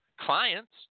clients